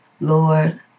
Lord